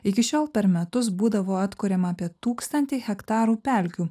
iki šiol per metus būdavo atkuriama apie tūkstantį hektarų pelkių